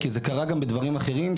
כי זה קרה גם בדברים אחרים,